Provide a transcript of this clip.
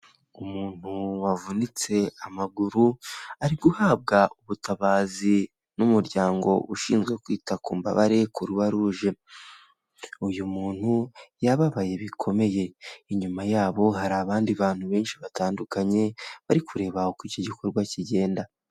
Umuntu wavunitse amaguru, ari guhabwa ubutabazi n'umuryango ushinzwe kwita ku mbabare kuruwaruje. Uyu muntu yababaye bikomeye. Inyuma yabo hari abandi bantu benshi batandukanye, bari kureba uko icyo gikorwa kigenda.